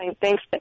Thanks